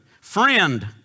Friend